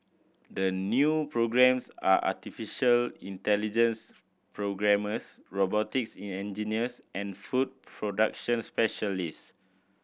the new programmes are artificial intelligence programmers robotics in engineers and food production specialist